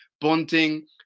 bonding